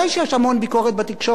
מזל, וטוב שכך.